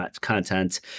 content